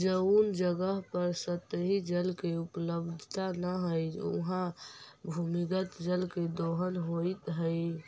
जउन जगह पर सतही जल के उपलब्धता न हई, उहाँ भूमिगत जल के दोहन होइत हई